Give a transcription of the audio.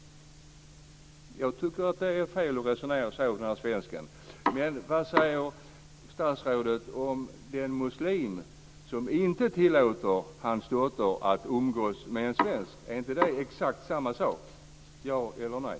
Jag tycker att det är fel att resonera så av den här svensken. Men vad säger statsrådet om den muslim som inte tillåter hans dotter att umgås med en svensk? Är inte det exakt samma sak - ja eller nej?